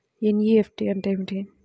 NEFT అంటే ఏమిటీ?